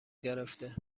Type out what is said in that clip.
گرفته